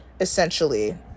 essentially